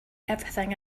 everything